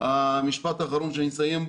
המשפט האחרון בו אני מסיים.